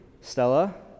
Stella